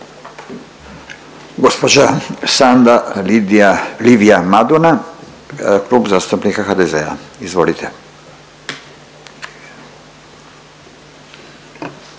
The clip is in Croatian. Gospođa Sanda Lidija Livija Maduna, Klub zastupnika HDZ-a. Izvolite.